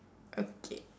okay